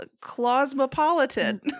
cosmopolitan